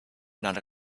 not